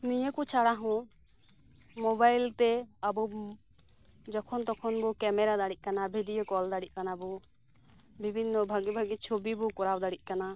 ᱱᱤᱭᱟᱹ ᱠᱚ ᱪᱷᱟᱲᱟ ᱦᱚᱸ ᱢᱚᱵᱟᱭᱤᱞ ᱛᱮ ᱟᱵᱚ ᱡᱚᱠᱷᱚᱱ ᱛᱚᱠᱷᱚᱱ ᱵᱚ ᱠᱮᱢᱮᱨᱟ ᱫᱟᱲᱮᱭᱟᱜ ᱠᱟᱱᱟ ᱵᱷᱤᱰᱭᱳ ᱠᱚᱞ ᱫᱟᱲᱮᱭᱟᱜ ᱠᱟᱱᱟ ᱵᱚ ᱵᱤᱵᱷᱤᱱᱱᱚ ᱵᱷᱟᱜᱮ ᱵᱷᱟᱜᱮ ᱪᱷᱚᱵᱤ ᱵᱚ ᱠᱚᱨᱟᱣ ᱫᱟᱲᱮᱭᱟᱜ ᱠᱟᱱᱟ